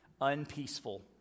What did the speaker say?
unpeaceful